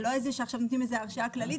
זה לא שנותנים עכשיו איזושהי הרשאה כללית